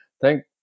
thank